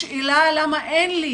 השאלה, למה אין לי